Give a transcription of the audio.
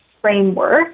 framework